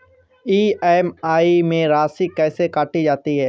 EMI में राशि कैसे काटी जाती है?